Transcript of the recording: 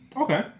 Okay